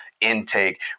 intake